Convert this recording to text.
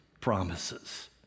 promises